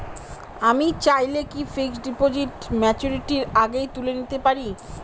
আমি চাইলে কি ফিক্সড ডিপোজিট ম্যাচুরিটির আগেই তুলে নিতে পারি?